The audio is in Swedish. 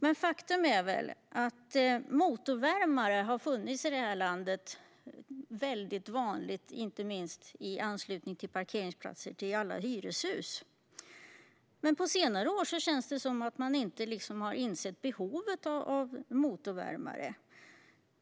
Men faktum är att motorvärmare har varit väldigt vanliga i det här landet, inte minst på parkeringsplatser i anslutning till hyreshus. Men på senare år känns det som att man inte har insett behovet av motorvärmare.